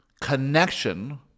connection